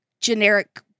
generic